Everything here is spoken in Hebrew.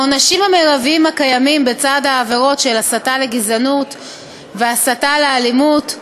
העונשים המרביים הקיימים בצד העבירות של הסתה לגזענות והסתה לאלימות,